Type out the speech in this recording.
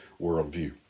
worldview